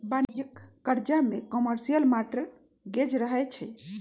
वाणिज्यिक करजा में कमर्शियल मॉर्टगेज रहै छइ